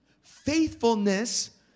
Faithfulness